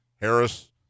Harris